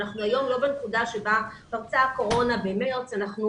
אנחנו היום לא בנקודה בה פרצה הקורונה במארס אלא אנחנו